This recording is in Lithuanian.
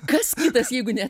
kas kitas jeigu ne